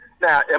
Now